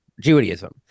judaism